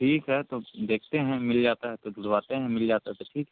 ठीक है तो देखते हैं मिल जाता है तो ढुँड़वाते हैं मिल जाता है तो ठीक